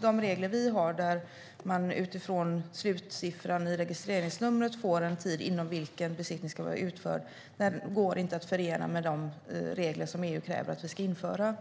De regler Sverige har som utgår från slutsiffran i registreringsnumret för bilar att få en tid inom vilken besiktning ska vara utförd går inte att förena med de regler som EU kräver att Sverige ska införa.